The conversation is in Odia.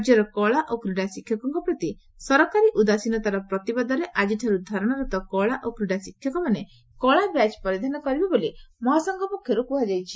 ରାଜ୍ୟର କଳା ଓ କ୍ରୀଡ଼ା ଶିକ୍ଷକଙ୍କ ପ୍ରତି ସରକାରୀ ଉଦାସୀନତାର ପ୍ରତିବାଦରେ ଆଜିଠାର୍ ଧାରଣାରତ କଳା ଓ କ୍ରୀଡ଼ା ଶିକ୍ଷକମାନେ କଳାବ୍ୟାଚ୍ ପରିଧାନ କରିବେ ବୋଲି ମହାସଂଘ ପକ୍ଷରୁ କ୍ହାଯାଇଛି